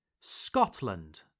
Scotland